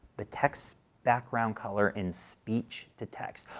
the text background color in speech to text.